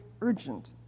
urgent